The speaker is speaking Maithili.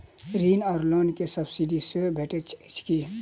ऋण वा लोन केँ सब्सिडी सेहो भेटइत अछि की?